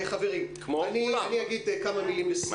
חברים, אגיד כמה מילים לסיום.